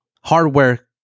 hardware